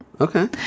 okay